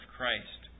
Christ